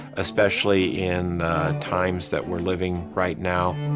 especially in times that we're living right now.